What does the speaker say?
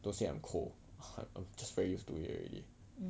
don't say I'm cold I'm just very used to it already